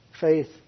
Faith